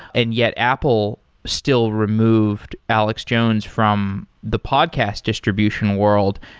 and yet apple still removed alex jones from the podcast distribution world.